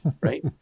right